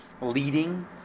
leading